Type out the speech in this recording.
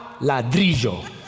ladrillo